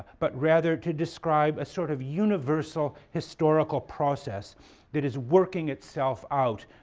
but rather to describe a sort of universal historical process that is working itself out,